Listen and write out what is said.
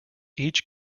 each